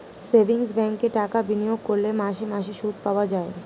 savings ব্যাঙ্কে টাকা বিনিয়োগ করলে মাসে মাসে সুদ পাওয়া যায়